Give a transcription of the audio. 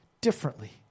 differently